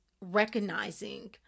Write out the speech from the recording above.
recognizing